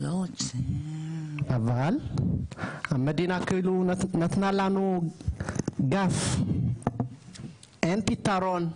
אבל המדינה כאילו נתנה לנו גב, אין פתרון,